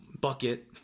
bucket –